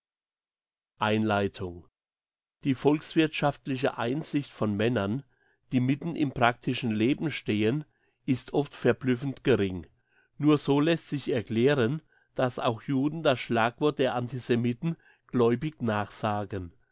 einleitung die volkswirthschaftliche einsicht von männern die mitten im praktischen leben stehen ist oft verblüffend gering nur so lässt sich erklären dass auch juden das schlagwort der antisemiten gläubig nachsagen